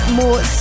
more